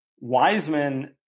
Wiseman